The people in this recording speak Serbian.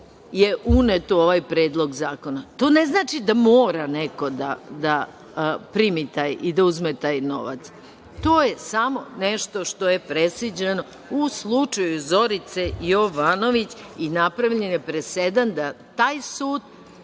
je uneto u ovaj predlog zakona. To ne znači da mora neko da primi taj i da uzme novac. To je samo nešto što je presuđeno u slučaju Zorice Jovanović i napravljen je presedan da taj sud